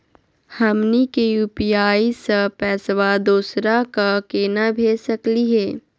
हमनी के यू.पी.आई स पैसवा दोसरा क केना भेज सकली हे?